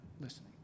listening